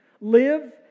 Live